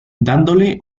dándole